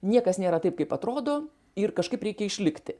niekas nėra taip kaip atrodo ir kažkaip reikia išlikti